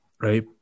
right